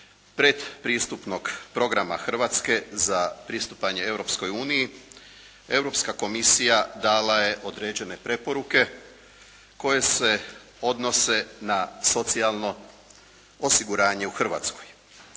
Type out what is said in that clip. predpristupnog programa Hrvatske za pristupanje Europskoj uniji Europska komisija dala je određene preporuke koje se odnose na socijalno osiguranje u Hrvatskoj.